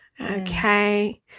Okay